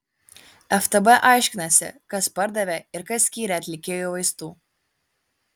ftb aiškinasi kas pardavė ir kas skyrė atlikėjui vaistų